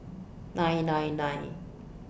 nine nine nine